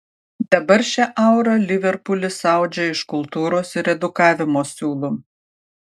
dabar šią aurą liverpulis audžia iš kultūros ir edukavimo siūlų